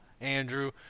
andrew